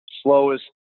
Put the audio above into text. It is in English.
slowest